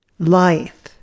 life